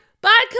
Bye